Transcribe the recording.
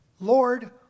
Lord